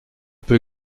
peu